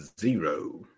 Zero